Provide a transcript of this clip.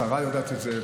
השרה יודעת את זה,